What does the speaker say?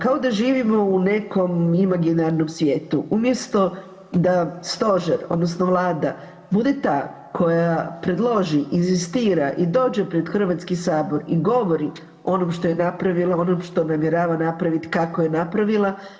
Kao da živimo o nekom imaginarnom svijetu, umjesto da Stožer odnosno Vlada bude ta koja predloži, inzistira i dođe pred Hrvatski sabor i govori o onom što je napravila, onom što nam je dala napraviti, kako je napravila.